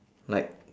like